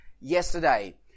yesterday